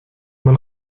man